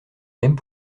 mêmes